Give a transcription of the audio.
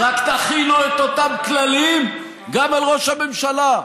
רק תחילו את אותם כללים גם על ראש הממשלה.